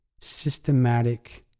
systematic